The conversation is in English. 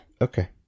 Okay